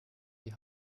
die